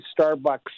Starbucks